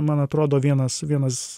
man atrodo vienas vienas